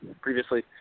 previously